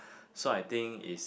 so I think is